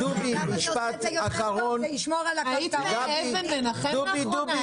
כאילו --- היית באבן מנחם לאחרונה?